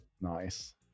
nice